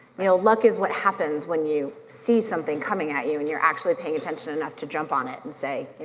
you know luck is what happens when you see something coming at you and you're actually paying attention enough to jump on it and say,